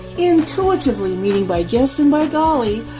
intuitively, meaning by guess and by golly,